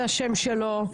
זה השם שלו,